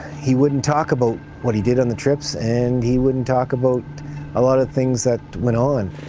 he wouldn't talk about what he did on the trips and he wouldn't talk about a lot of things that went on.